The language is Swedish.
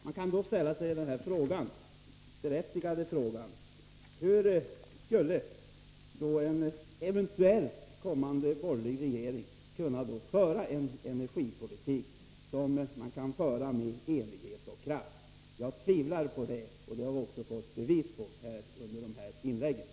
Man kan då ställa sig den berättigade frågan: Skulle en eventuellt kommande borgerlig regering kunna föra en energipolitik med enighet och kraft? Jag tvivlar på det — och att detta tvivel är motiverat har vi fått bevis på under de här inläggen.